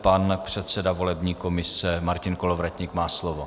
Pan předseda volební komise Martin Kolovratník má slovo.